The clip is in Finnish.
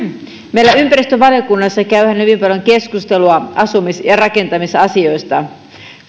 meillä ympäristövaliokunnassa käydään hyvin paljon keskustelua asumis ja rakentamisasioista